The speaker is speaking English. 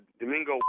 Domingo